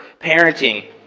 parenting